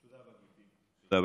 תודה רבה, גברתי.